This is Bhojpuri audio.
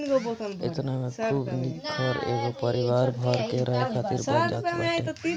एतना में खूब निक घर एगो परिवार भर के रहे खातिर बन जात बाटे